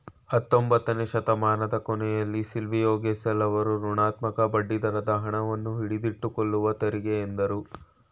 ಹತ್ತೊಂಬತ್ತನೆ ಶತಮಾನದ ಕೊನೆಯಲ್ಲಿ ಸಿಲ್ವಿಯೋಗೆಸೆಲ್ ಅವ್ರು ಋಣಾತ್ಮಕ ಬಡ್ಡಿದರದ ಹಣವನ್ನು ಹಿಡಿದಿಟ್ಟುಕೊಳ್ಳುವ ತೆರಿಗೆ ಎಂದ್ರು